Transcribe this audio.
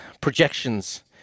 projections